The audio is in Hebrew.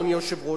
אדוני היושב-ראש,